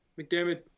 McDermott